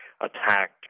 attacked